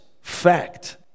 fact